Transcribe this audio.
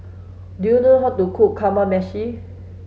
do you know how to cook Kamameshi